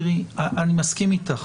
אבל, בגברתי, תראי, אני מסכים איתך.